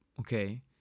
okay